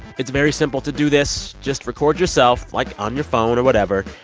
it's very simple to do this. just record yourself, like, on your phone or whatever,